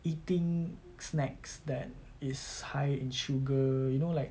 eating snacks that is high in sugar you know like